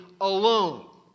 alone